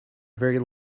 very